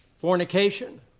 fornication